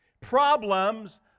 Problems